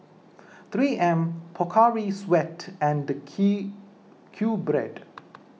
three M Pocari Sweat and Q Bread